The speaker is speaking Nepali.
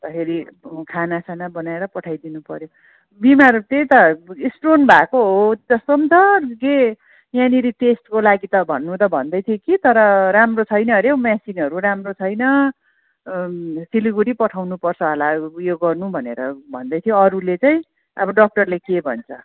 अन्तखेरि खानासाना बनाएर पठाइदिनु पर्यो बिमार त्यही त स्टोन भएको हो जस्तो पनि छ के यहाँनिर टेस्टको लागि त भन्नु त भन्दै थियो कि तर राम्रो छैन अरे हौ मेसिनहरू राम्रो छैन सिलगढी पठाउनु पर्छ होला उयो गर्नु भनेर भन्दै थियो अरूले चाहिँ अब डक्टरले के भन्छ